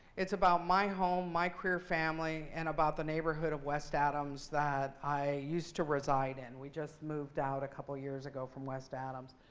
it's about my home, my queer family, and about the neighborhood of west adams that i used to reside in. and we just moved out a couple of years ago from west adams.